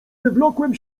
wywlokłem